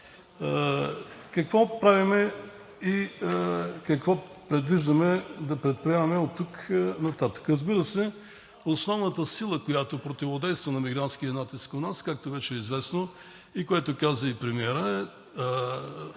Какво правим и какво предвиждаме да предприемаме оттук нататък? Разбира се, основната сила, която противодейства на мигрантския натиск у нас, както вече е известно, което каза и премиерът,